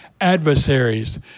adversaries